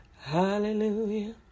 hallelujah